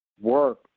work